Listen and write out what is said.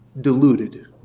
deluded